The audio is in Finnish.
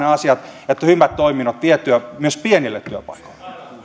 nämä asiat ja hyvät toiminnot vietyä myös pienille työpaikoille